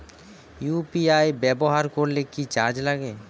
UPI ব্যবহার করলে কি চার্জ লাগে?